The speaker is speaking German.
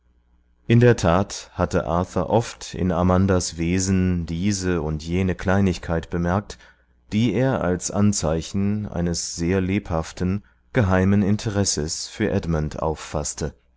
in der tat hatte arthur oft in amandas wesen diese und jene kleinigkeit bemerkt die er als anzeichen eines sehr lebhaften geheimen interesses für edmund auffaßte